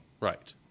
Right